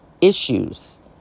issues